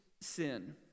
sin